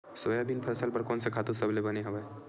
Soybean फसल बर कोन से खातु सबले बने हवय?